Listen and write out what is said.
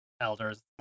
elders